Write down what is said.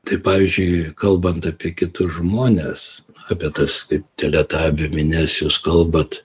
tai pavyzdžiui kalbant apie kitus žmones apie tas kaip teletabių minias jūs kalbat